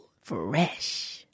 Fresh